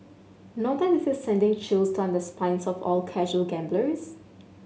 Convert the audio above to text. not that this is sending chills down the spines of all casual gamblers